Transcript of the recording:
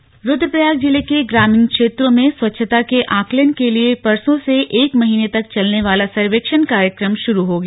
स्वच्छ भारत रूद्रप्रयाग जिले के ग्रामीण क्षेत्रों में स्वच्छता के आंकलन के लिए परसों से एक महीने तक चलने वाला सर्वेक्षण कार्यक्रम शुरू हो गया